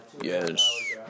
Yes